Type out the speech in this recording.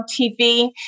tv